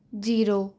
zero